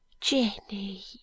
Jenny